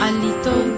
Alito